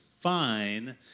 Fine